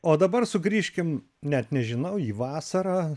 o dabar sugrįžkim net nežinau į vasarą